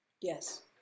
Yes